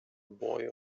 boy